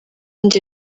njye